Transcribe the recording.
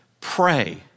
pray